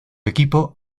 equipo